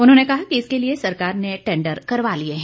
उन्होंने कहा कि इसके लिए सरकार ने टैंडर करवा लिए हैं